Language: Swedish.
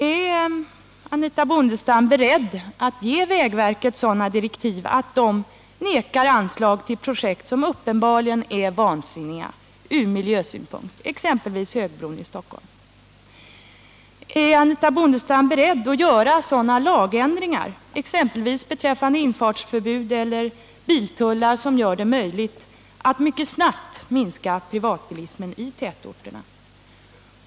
Är Anitha Bondestam beredd att ge vägverket sådana direktiv att verket vägrar att ge anslag till projekt som uppenbarligen är vansinniga från miljösynpunkt, exempelvis högbron i Stockholm? Är Anitha Bondestam beredd att göra sådana lagändringar exempelvis beträffande infartsförbud eller biltullar som gör det möjligt att mycket snabbt minska privatbilismen i tätorterna?